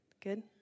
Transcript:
Good